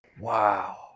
Wow